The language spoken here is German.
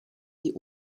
die